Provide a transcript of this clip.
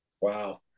Wow